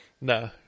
No